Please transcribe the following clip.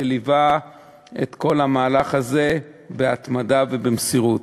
שליווה את כל המהלך הזה בהתמדה ובמסירות.